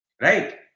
Right